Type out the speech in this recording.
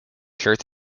shirts